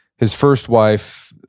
his first wife,